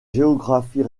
géographie